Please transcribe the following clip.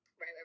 right